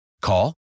Call